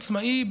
עצמאי,